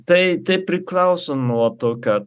tai tai priklauso nuo to kad